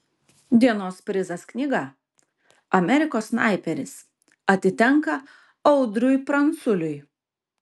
dienos prizas knyga amerikos snaiperis atitenka audriui pranculiui